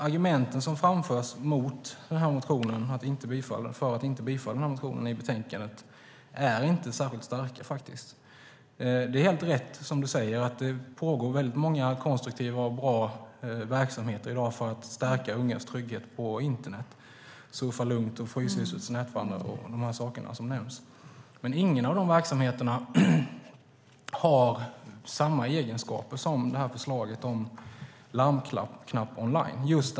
Argumenten som framförs i betänkandet för att inte bifalla motionen är inte särskilt starka, tycker jag. Det är helt rätt som Anne Marie Brodén säger: Det pågår väldigt många konstruktiva och bra verksamheter i dag för att stärka ungas trygghet på internet - Surfa Lugnt, Fryshusets Nätvandrare och andra saker som nämns. Men ingen av de verksamheterna har samma egenskaper som förslaget om en larmknapp online.